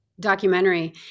Documentary